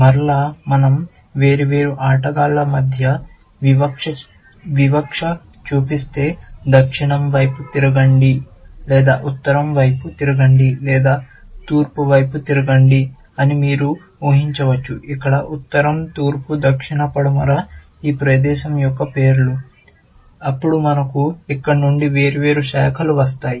మరలా మన০ వేర్వేరు ఆటగాళ్ళ మధ్య వివక్ష చూపిస్తే దక్షిణం వైపు తిరగండి లేదా ఉత్తరం వైపు తిరగండి లేదా తూర్పు వైపు తిరగండి అని మీరు ఊహించవచ్చు ఇక్కడ ఉత్తరం తూర్పు దక్షిణ పడమర ఈ ప్రదేశం యొక్క పేర్లు అప్పుడు మనకు ఇక్కడి నుండి వేర్వేరు శాఖలు వస్తాయి